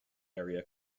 area